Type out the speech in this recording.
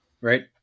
Right